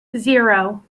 zero